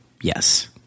Yes